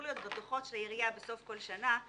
להיות בדוחות של העירייה בסוף של שנה,